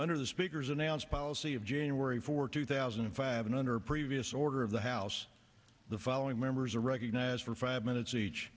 under the speaker's announced policy of january fourth two thousand and five and under previous order of the house the following members are recognized for five minutes each